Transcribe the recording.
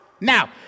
Now